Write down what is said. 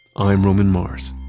i'm roman mars.